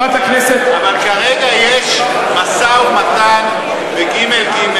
אבל כרגע יש משא-ומתן בג.ג.